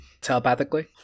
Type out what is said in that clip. Telepathically